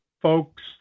folks